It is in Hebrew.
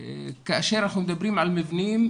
כאשר אנחנו מדברים על מבנים,